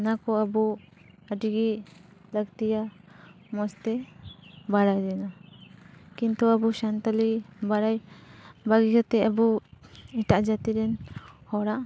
ᱚᱱᱟ ᱠᱚ ᱟᱵᱚ ᱟᱹᱰᱤ ᱜᱮ ᱞᱟᱹᱠᱛᱤᱭᱟ ᱢᱚᱡᱽ ᱛᱮ ᱵᱟᱲᱟᱭ ᱨᱮᱱᱟᱜ ᱠᱤᱱᱛᱩ ᱟᱵᱚ ᱥᱟᱱᱛᱟᱞᱤ ᱵᱟᱲᱟᱭ ᱵᱟᱹᱜᱤ ᱠᱟᱛᱮ ᱟᱵᱚ ᱮᱴᱟᱜ ᱡᱟᱹᱛᱤ ᱨᱮᱱ ᱦᱚᱲᱟᱜ